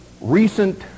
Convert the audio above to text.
recent